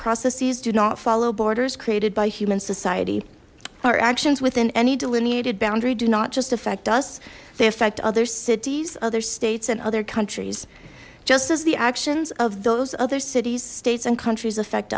processes do not follow borders created by human society our actions within any delineating bandar e do not just affect us they affect other cities other states and other countries just as the actions of those other cities states and countries affect